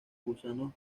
gusanos